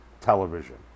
television